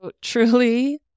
truly